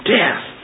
death